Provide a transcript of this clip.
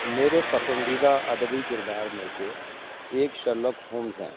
میرے پسندیدہ ادبی کردار میں سے ایک شرلاک ہومز ہیں